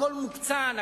הכול מוקצן,